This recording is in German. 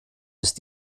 ist